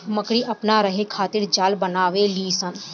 मकड़ी अपना रहे खातिर जाल बनावे ली स